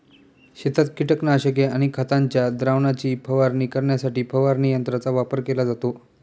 शेतात कीटकनाशके आणि खतांच्या द्रावणाची फवारणी करण्यासाठी फवारणी यंत्रांचा वापर केला जातो